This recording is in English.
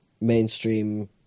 mainstream